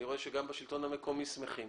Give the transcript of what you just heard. אני אומר בצורה ברורה למשרדים,